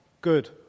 good